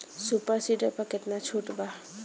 Super seeder पर केतना छूट बा?